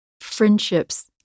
friendships